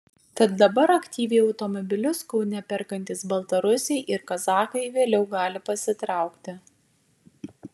tad dabar aktyviai automobilius kaune perkantys baltarusiai ir kazachai vėliau gali pasitraukti